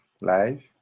live